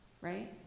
right